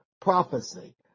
prophecy